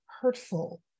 hurtful